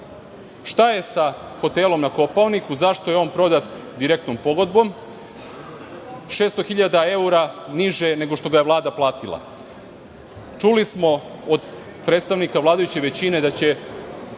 Šta je sa hotelom na Kopaoniku? Zašto je on prodat direktnom pogodbom 600.000 evra niže nego što ga je Vlada platila? Čuli smo od predstavnika vladajuće većine da će